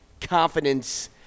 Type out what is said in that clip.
confidence